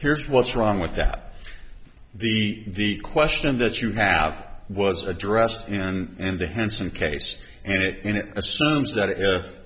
here's what's wrong with that the question that you have was addressed and the hanssen case and it assumes that